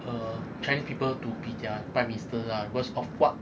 err chinese people to be their prime minister lah because of what